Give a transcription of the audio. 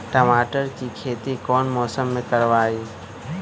टमाटर की खेती कौन मौसम में करवाई?